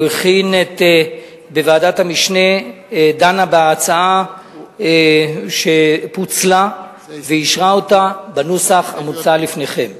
ועדת המשנה דנה בהצעה שפוצלה ואישרה אותה בנוסח המוצע לפניכם.